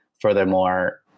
furthermore